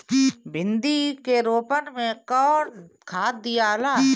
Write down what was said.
भिंदी के रोपन मे कौन खाद दियाला?